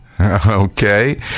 okay